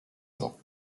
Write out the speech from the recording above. vent